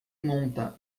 monta